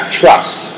trust